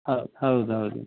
ಹೌದು ಹೌದು ಹೌದು